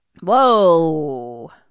whoa